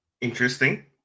interesting